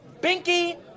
Binky